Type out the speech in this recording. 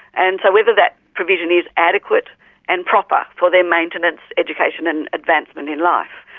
and so whether that provision is adequate and proper for their maintenance, education and advancement in life.